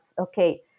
okay